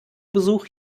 besuch